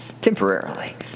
Temporarily